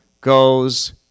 goes